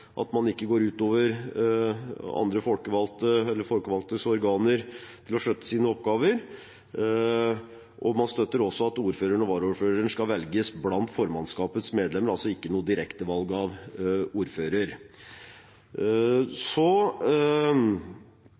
oppgaver. Man støtter også at ordføreren og varaordføreren skal velges blant formannskapets medlemmer, altså ikke noe direkte valg av ordfører. Så